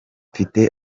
mfite